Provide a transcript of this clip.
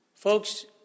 Folks